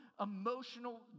emotional